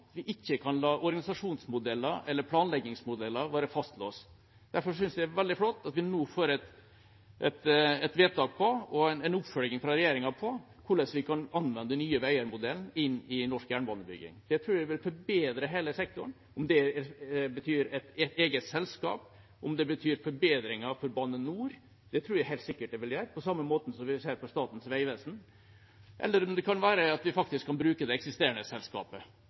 vi ikke kan la organisasjonsmodeller eller planleggingsmodeller være fastlåst. Derfor synes jeg det er veldig flott at vi nå får et vedtak på og en oppfølging fra regjeringen av hvordan vi kan anvende Nye Veier-modellen i norsk jernbanebygging. Det tror jeg vil forbedre hele sektoren – om det betyr et eget selskap, om det betyr forbedringer for Bane NOR, det tror jeg helt sikkert det vil gjøre, på samme måte som vi ser for Statens vegvesen, eller om det kan være at vi faktisk kan bruke det eksisterende selskapet.